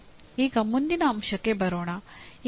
ಈಗ ಮುಂದಿನ ಅಂಶಕ್ಕೆ ಬರೋಣ